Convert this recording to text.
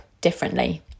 differently